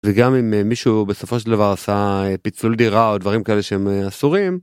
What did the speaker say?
וגם אם מישהו בסופו של דבר עשה פיצול דירה או דברים כאלה שהם אסורים.